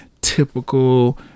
typical